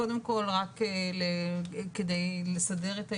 קודם כל רק כדי לסדר את העניינים,